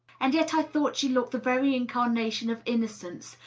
and yet i thought she looked the very incarnation of innocence,